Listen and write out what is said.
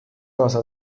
cosa